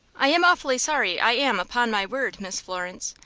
i am awfully sorry, i am, upon my word, miss florence.